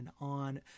on